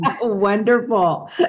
Wonderful